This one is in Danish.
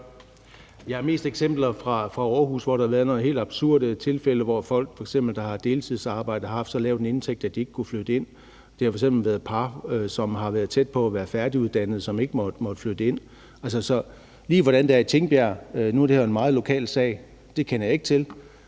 Jeg har mest eksempler fra Aarhus, hvor der har været nogle helt absurde tilfælde, hvor folk, der f.eks. har deltidsarbejde, har haft så lav en indtægt, at de ikke har kunnet flytte ind. Det har f.eks. været par, som har været tæt på at være færdiguddannet, og som ikke har måttet flytte ind. Så lige hvordan det er i Tingbjerg – nu er det her jo en meget lokal sag – kender jeg ikke til,